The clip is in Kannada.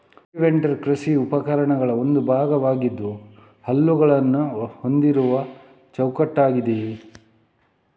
ಕಲ್ಟಿವೇಟರ್ ಕೃಷಿ ಉಪಕರಣಗಳ ಒಂದು ಭಾಗವಾಗಿದ್ದು ಹಲ್ಲುಗಳನ್ನ ಹೊಂದಿರುವ ಚೌಕಟ್ಟಾಗಿದೆ